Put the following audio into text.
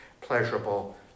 pleasurable